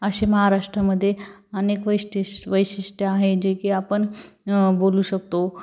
असे महाराष्ट्रामध्ये अनेक वैश्टिश वैशिष्ट्य आहे जे की आपण बोलू शकतो